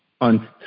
on